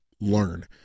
learn